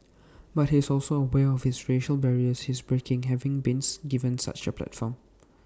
but he's also aware of his racial barriers he's breaking having bean's given such A platform